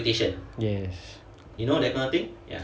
yes